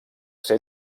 ser